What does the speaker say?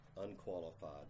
unqualified